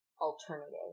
alternative